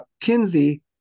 Kinsey